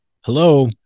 Hello